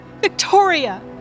Victoria